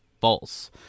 False